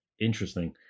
interesting